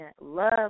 love